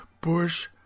Bush